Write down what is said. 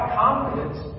confidence